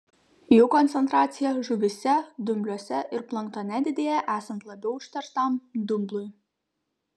jų koncentracija žuvyse dumbliuose ir planktone didėja esant labiau užterštam dumblui